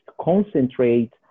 concentrate